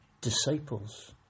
disciples